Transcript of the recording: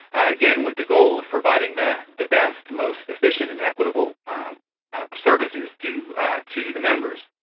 again, with the goal of provider the the best, most efficient and equitable services to to the members.